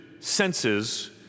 senses